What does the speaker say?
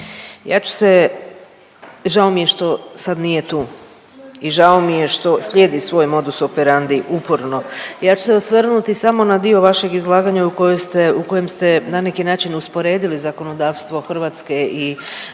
Ja ću se, žao mi je što sad nije tu i žao mi je što slijedi svoj modus operandi uporno. Ja ću se osvrnuti samo na dio vašeg izlaganja u kojoj ste, u kojem ste na neki način usporedili zakonodavstvo Hrvatske i EU kad